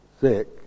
sick